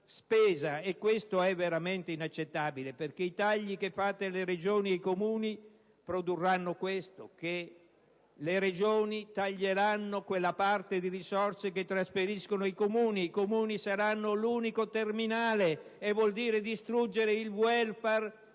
spesa, e questo è veramente inaccettabile. I tagli che fate alle Regioni e ai Comuni produrranno questo. Le Regioni taglieranno quella parte di risorse che trasferiscono ai Comuni e questi saranno l'unico terminale. Ciò vuol dire distruggere il *welfare*